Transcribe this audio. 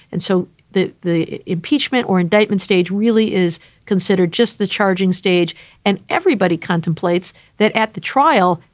and so the the impeachment or indictment stage really is considered just the charging stage and everybody contemplates that at the trial.